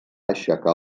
aixecar